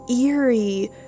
eerie